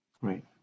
Right